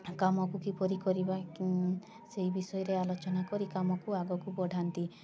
କାମକୁ କିପରି କରିବା ସେଇ ବିଷୟରେ ଆଲୋଚନା କରି କାମକୁ ଆଗକୁ ବଢ଼ାନ୍ତି